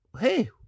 hey